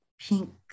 pink